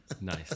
Nice